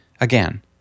Again